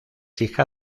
hija